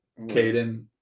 Caden